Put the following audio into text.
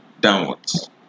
downwards